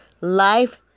life